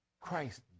Christ